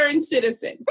citizen